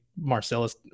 Marcellus